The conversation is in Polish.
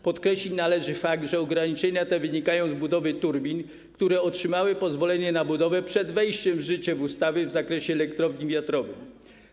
Podkreślić należy fakt, że ograniczenia te wynikają z budowy turbin, które otrzymały pozwolenie na budowę przed wejściem w życie ustawy w zakresie elektrowni wiatrowych.